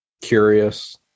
curious